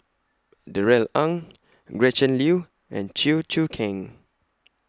Darrell Ang Gretchen Liu and Chew Choo Keng